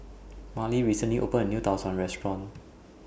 Marley recently opened A New Tau Suan Restaurant